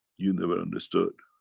you never understood.